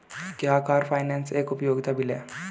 क्या car finance एक उपयोगिता बिल है?